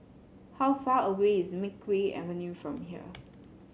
how far away is Makeway Avenue from here